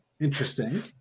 Interesting